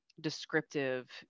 descriptive